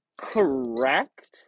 correct